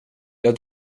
jag